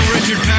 Richard